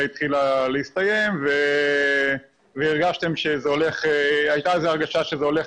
התחילה להסתיים והייתה איזו הרגשה שזה הולך